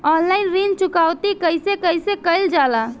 Online ऋण चुकौती कइसे कइसे कइल जाला?